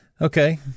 Okay